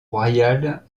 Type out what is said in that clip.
royal